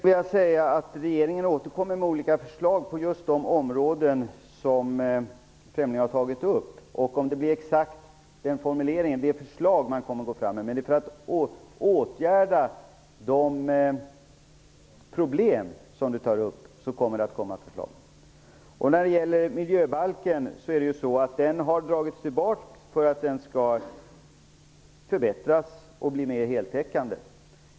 Herr talman! Regeringen återkommer med förslag på just de områden som Lennart Fremling har tagit upp. Om det blir exakt sådana formuleringar vet jag inte, men man kommer att lägga fram förslag för att åtgärda de problem som han tar upp. Miljöbalken har dragits tillbaks för att kunna förbättras och bli mer heltäckande.